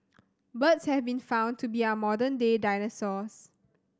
birds have been found to be our modern day dinosaurs